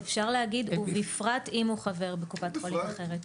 אבל --- אפשר להגיד 'ובפרט אם הוא חבר בקופת חולים אחרת'.